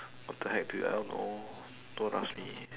what the heck dude I don't know don't ask me